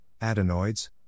adenoids